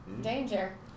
Danger